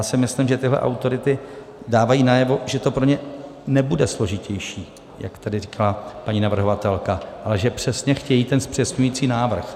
A já si myslím, že tyto autority dávají najevo, že to pro ně nebude složitější, jak tady říkala paní navrhovatelka, ale že přesně chtějí ten zpřesňující návrh.